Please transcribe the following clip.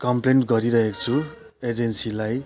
complain गरिरहेको छु एजेन्सीलाई